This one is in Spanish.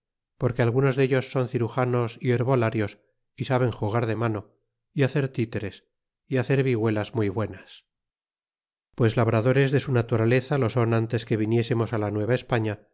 porque algunos dellos son cirujanos y herbolarios y saben jugar de mano y hacer títeres y hacen vihuelas muy buenas pues labradores de su naturaleza lo son ntes que viniésemos á la